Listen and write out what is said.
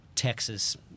Texas